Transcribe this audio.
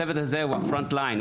הצוות הזה הוא ה-Front line,